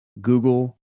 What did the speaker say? google